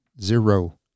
zero